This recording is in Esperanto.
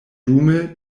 dume